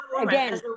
again